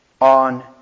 on